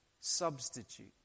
substitute